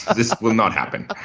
ah this will not happen.